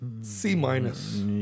C-minus